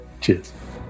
Cheers